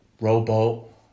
rowboat